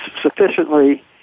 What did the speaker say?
sufficiently